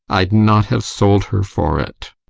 i'd not have sold her for it.